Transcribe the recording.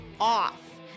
off